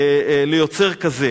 ליוצר כזה.